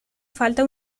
falta